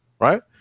right